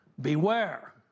beware